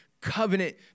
covenant